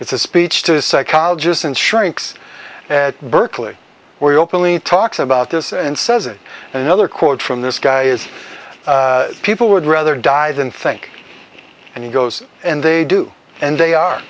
it's a speech to a psychologist and shrinks at berkeley where he openly talks about this and says it another quote from this guy is people would rather die than think and he goes and they do and they are